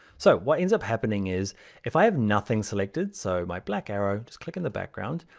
so what ends up happening is if i have nothing selected. so my black arrow, just click in the background.